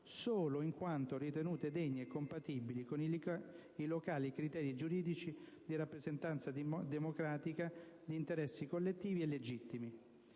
solo in quanto ritenute degne e compatibili con i locali criteri giuridici di rappresentanza democratica di interessi collettivi e legittimi.